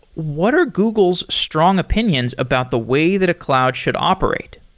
what are google's strong opinions about the way that a cloud should operate?